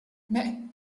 mais